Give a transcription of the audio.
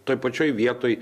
toj pačioj vietoj